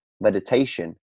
meditation